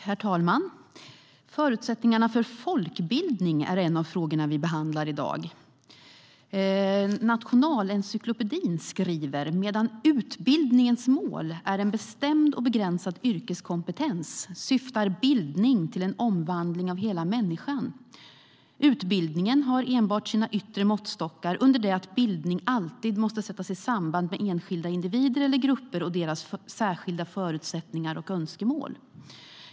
Herr talman! Förutsättningarna för folkbildning är en av de frågor vi behandlar i dag. Nationalencyklopedin skriver: "Medan utbildningens mål är en bestämd och begränsad yrkeskompetens, syftar bildning till en omvandling av hela människan. Utbildningen har enbart sina yttre måttstockar, under det att bildning alltid måste sättas i samband med enskilda individer eller grupper och deras särskilda förutsättningar och önskemål."